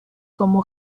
como